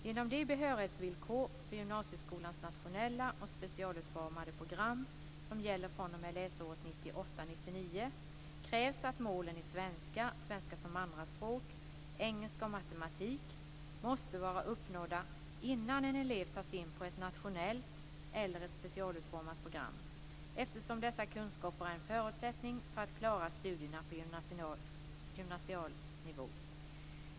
Genom de behörighetsvillkor för gymnasieskolans nationella och specialutformade program som gäller fr.o.m. läsåret 1998/99 krävs att målen i svenska och svenska som andraspråk, engelska och matematik måste vara uppnådda innan en elev tas in på ett nationellt eller ett specialutformat program, eftersom dessa kunskaper är en förutsättning för att klara studierna på gymnasial nivå.